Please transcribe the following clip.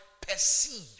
perceive